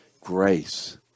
Grace